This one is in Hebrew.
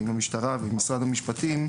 ועם המשטרה ועם משרד המשפטים,